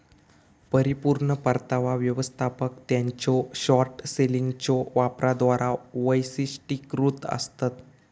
परिपूर्ण परतावा व्यवस्थापक त्यांच्यो शॉर्ट सेलिंगच्यो वापराद्वारा वैशिष्ट्यीकृत आसतत